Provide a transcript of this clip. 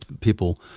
people